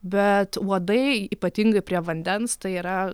bet uodai ypatingai prie vandens tai yra